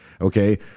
okay